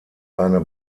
eine